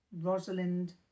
Rosalind